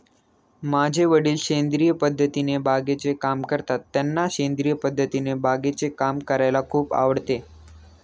माझे वडील सेंद्रिय पद्धतीने बागेचे काम करतात, त्यांना सेंद्रिय पद्धतीने बागेचे काम करायला खूप आवडते